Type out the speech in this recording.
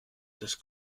das